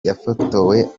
yafotowe